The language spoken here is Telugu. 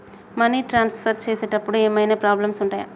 మనీ ట్రాన్స్ఫర్ చేసేటప్పుడు ఏమైనా ప్రాబ్లమ్స్ ఉంటయా?